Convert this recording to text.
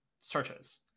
searches